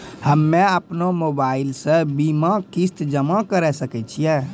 हम्मे अपन मोबाइल से बीमा किस्त जमा करें सकय छियै?